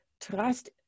trust